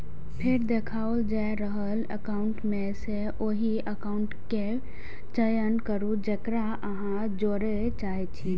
फेर देखाओल जा रहल एकाउंट मे सं ओहि एकाउंट केर चयन करू, जेकरा अहां जोड़य चाहै छी